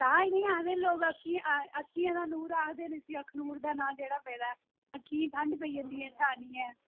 हां जी हां जी बहुत सोह्ना तां इस्सी आखदे न